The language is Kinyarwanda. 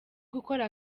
gukora